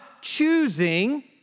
choosing